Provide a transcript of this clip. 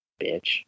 bitch